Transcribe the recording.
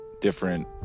different